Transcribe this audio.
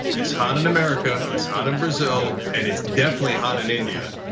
it's hot in america, it's hot in brazil. and it's definitely hot in india,